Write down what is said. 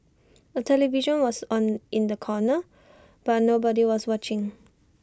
A television was on in the corner but nobody was watching